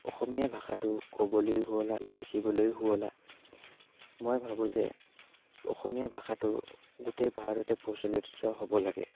অসমীয়া ভাষাটো ক'বলৈ শুৱলা লিখিবলৈয়ো শুৱলা মই ভাবোঁ যে অসমীয়া ভাষাটো গোটেই ভাৰততে প্ৰচলিত হ'ব লাগে